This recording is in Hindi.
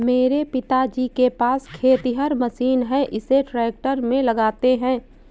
मेरे पिताजी के पास खेतिहर मशीन है इसे ट्रैक्टर में लगाते है